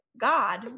God